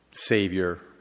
Savior